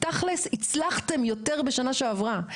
תכלס, הצלחתם יותר בשנה שעברה.